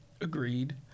Agreed